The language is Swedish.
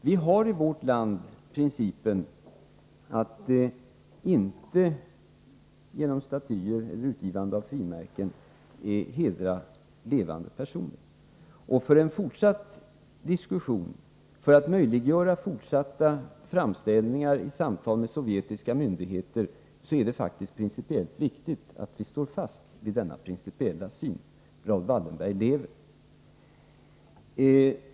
Vi har i vårt land principen att inte hedra levande personer genom resande av statyer eller utgivande av frimärken. För en fortsatt diskussion och för att möjliggöra fortsatta framställningar vid samtal med sovjetiska myndigheter är det faktiskt principiellt viktigt att vi står fast vid denna principiella syn: Raoul Wallenberg lever.